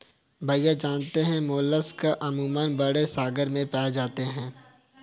भैया जानते हैं मोलस्क अमूमन बड़े सागर में पाए जाते हैं